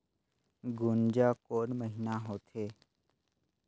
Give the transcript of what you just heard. गुनजा कोन महीना होथे?